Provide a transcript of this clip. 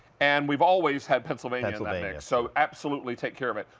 and we've always had pennsylvania so absolutely take care of it.